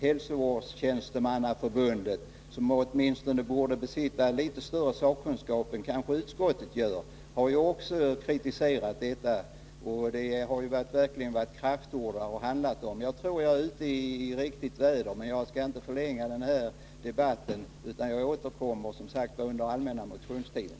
Hälsovårdstjänstemannaförbundet, som åtminstone borde besitta litet större sakkunskap än vad utskottet gör, har också kritiserat förslaget, och det har verkligen handlat om kraftord. Jag tror inte att jag är ute i ogjort väder, men jag skall inte förlänga den här debatten, utan jag återkommer som sagt under den allmänna motionstiden.